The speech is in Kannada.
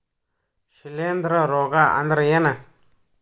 ಶಿಲೇಂಧ್ರ ರೋಗಾ ಅಂದ್ರ ಏನ್?